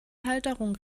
halterung